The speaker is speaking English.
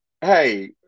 Hey